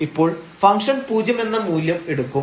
ഇപ്പോൾ ഫംഗ്ഷൻ പൂജ്യം എന്ന മൂല്യം എടുക്കും